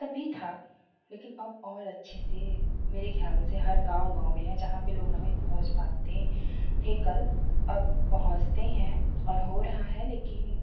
तब भी था लेकिन अब और अच्छे से मेरे ख़्याल से हर गाँव गाँव में है जहाँ पर लोग नहीं पहुँच पाते थे कल अब पहुँचते हैं और हो रहा है लेकिन